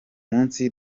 munsi